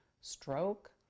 stroke